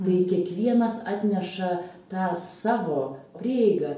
tai kiekvienas atneša tą savo prieigą